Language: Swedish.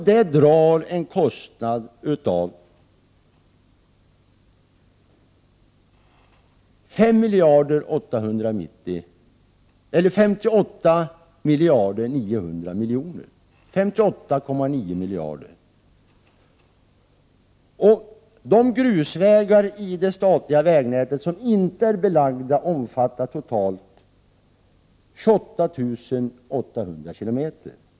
Det kostar 58,9 miljarder. De grusvägar i det statliga vägnätet som inte är belagda omfattar totalt 28 800 km.